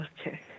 Okay